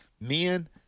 men